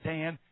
Dan